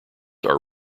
are